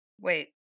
Wait